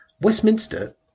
Westminster